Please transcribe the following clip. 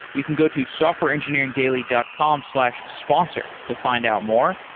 you can go to softwareengineeringdaily dot com slash sponsor to find out more,